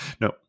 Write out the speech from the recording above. No